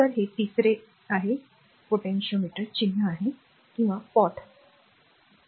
तर हे तिसरे आहे पोटेंटीमीटरचे चिन्ह आहे किंवा लहान उजवीकडे भांडे आहे